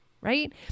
right